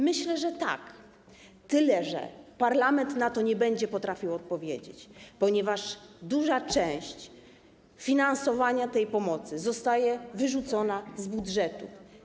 Myślę, że tak, tyle że parlament nie będzie potrafił na to odpowiedzieć, ponieważ duża część finansowania pomocy zostaje wyrzucona z budżetu.